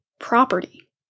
property